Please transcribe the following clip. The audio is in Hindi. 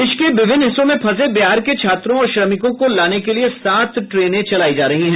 देश के विभिन्न हिस्सों में फंसे बिहार के छात्रों और श्रमिकों को लाने के लिए सात ट्रेने चलायी जा रही हैं